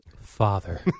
father